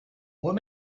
what